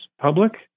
public